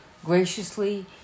graciously